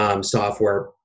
software